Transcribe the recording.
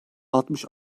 altmış